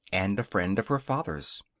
and a friend of her father's.